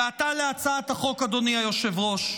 ועתה להצעת החוק, אדוני היושב-ראש.